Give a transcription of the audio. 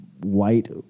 white